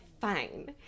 fine